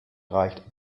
reicht